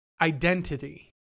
identity